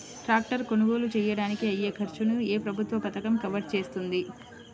Tractor కొనుగోలు చేయడానికి అయ్యే ఖర్చును ఏ ప్రభుత్వ పథకం కవర్ చేస్తుంది?